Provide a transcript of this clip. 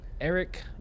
Eric